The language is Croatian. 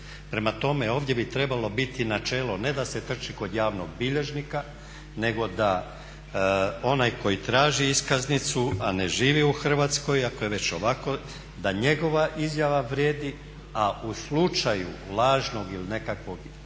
Prema tome, ovdje bi trebalo biti načelo ne da se trči kod javnog bilježnika, nego da onaj koji traži iskaznicu a ne živi u Hrvatskoj ako je već ovako da njegova izjava vrijedi. A u slučaju lažnog ili nekakvog da